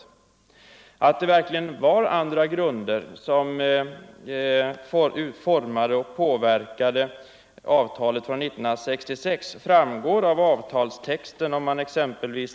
Att det verkligen var andra grunder som formade och påverkade avtalet från 1966 framgår av avtalstexten.